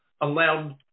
allowed